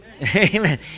Amen